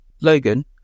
Logan